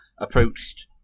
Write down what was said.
approached